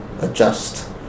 adjust